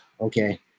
okay